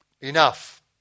Enough